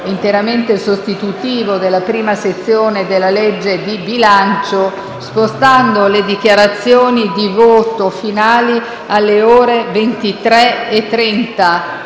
interamente sostitutivo della prima sezione della legge di bilancio, spostando le dichiarazioni di voto finali alle ore 23,30